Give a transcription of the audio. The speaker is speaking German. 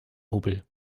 hubbel